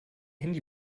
handy